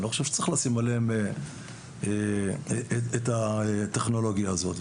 אני לא חושב שצריך לשים עליהם את הטכנולוגיה הזאת.